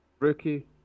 Rookie